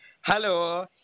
Hello